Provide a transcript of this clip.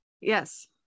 yes